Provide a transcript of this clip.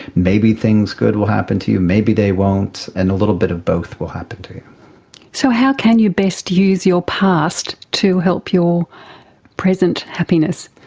maybe things good will happen to you, maybe they won't and a little bit of both will happen to so how can you best use your past to help your present happiness?